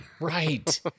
right